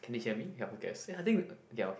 can you hear me ya who cares ya I think okay okay